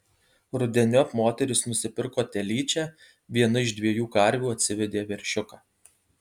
rudeniop moteris nusipirko telyčią viena iš dviejų karvių atsivedė veršiuką